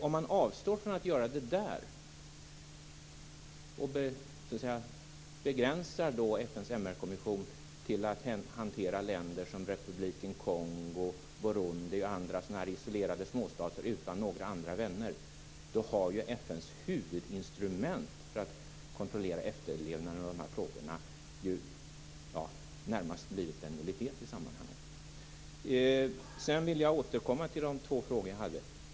Om man avstår från att göra det där och begränsar FN:s MR-kommission till att hantera länder som Republiken Kongo, Burundi och andra isolerade småstater utan några andra vänner har FN:s huvudinstrument för att kontrollera efterlevnaden av dessa frågor närmast blivit en nullitet i sammanhanget. Sedan vill jag återkomma till de två frågor jag ställde.